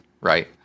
right